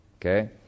Okay